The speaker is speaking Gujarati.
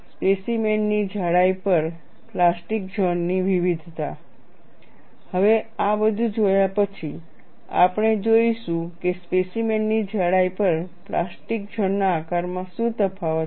સ્પેસીમેનની જાડાઈ પર પ્લાસ્ટિક ઝોન ની વિવિધતા હવે આ બધું જોયા પછી આપણે જોઈશું કે સ્પેસીમેન ની જાડાઈ પર પ્લાસ્ટિક ઝોન ના આકારમાં શું તફાવત છે